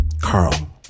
Carl